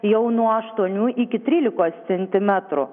jau nuo aštuonių iki trylikos centimetrų